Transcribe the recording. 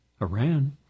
Iran